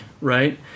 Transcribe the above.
right